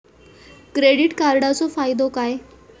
Credit कार्डाचो फायदो काय?